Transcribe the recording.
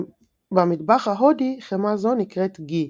במטבח ההודי חמאה זו נקראת גהי.